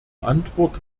antwort